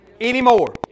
anymore